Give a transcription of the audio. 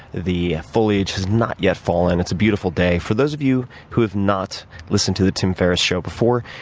the foliage has not yet fallen. it's a beautiful day. for those of you who have not listened to the tim ferriss show before,